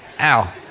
Ow